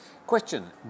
Question